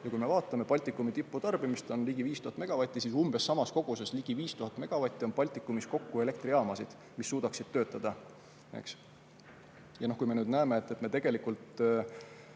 või mitte. Baltikumi tiputarbimine on ligi 5000 megavatti ja umbes samas koguses, ligi 5000 megavatti on Baltikumis kokku elektrijaamasid, mis suudaksid töötada. Ja kui me näeme, et me tegelikult